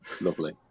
Lovely